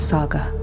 Saga